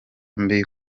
mbi